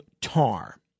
Tar